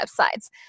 websites